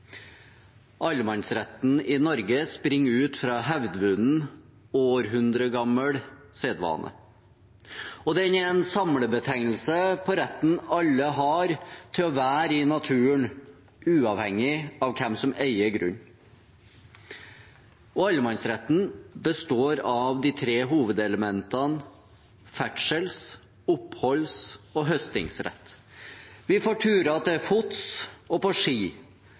Allemannsretten i Norge springer ut fra hevdvunnen, århundregammel sedvane, og den er en samlebetegnelse på retten alle har til å være i naturen uavhengig av hvem som eier grunnen. Allemannsretten består av de tre hovedelementene ferdsels-, oppholds- og høstingsrett. Vi får turer til fots og på ski,